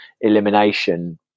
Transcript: elimination –